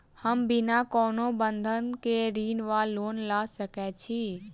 हम बिना कोनो बंधक केँ ऋण वा लोन लऽ सकै छी?